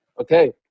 Okay